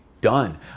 done